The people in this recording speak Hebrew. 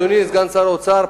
אדוני סגן שר האוצר,